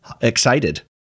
excited